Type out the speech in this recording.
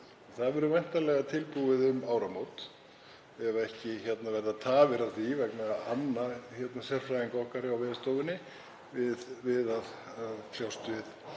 Það verður væntanlega tilbúið um áramót ef ekki verða tafir á því vegna anna sérfræðinga okkar hjá Veðurstofunni við að kljást við